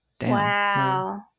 Wow